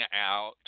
out